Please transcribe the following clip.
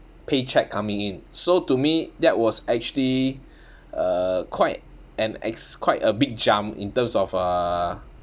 paycheque coming in so to me that was actually uh quite and it's quite a big jump in terms of uh